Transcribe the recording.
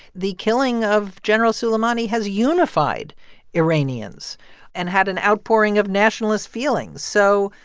the killing of general soleimani has unified iranians and had an outpouring of nationalist feelings. so,